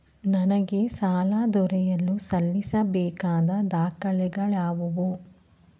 ನನಗೆ ಸಾಲ ದೊರೆಯಲು ಸಲ್ಲಿಸಬೇಕಾದ ದಾಖಲೆಗಳಾವವು?